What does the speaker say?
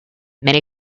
many